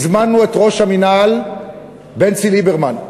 הזמנו את ראש המינהל בנצי ליברמן,